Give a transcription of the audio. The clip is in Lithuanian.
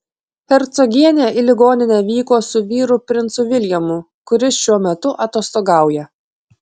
hercogienė į ligoninę vyko su vyru princu viljamu kuris šiuo metu atostogauja